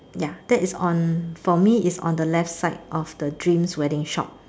ya that is on for me is on the left side of the dreams wedding shop